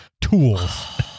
tools